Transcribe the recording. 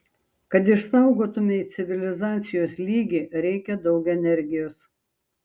kad išsaugotumei civilizacijos lygį reikia daug energijos